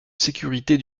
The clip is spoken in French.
sécurité